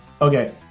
okay